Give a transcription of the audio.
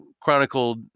chronicled